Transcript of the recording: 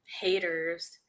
haters